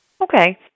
Okay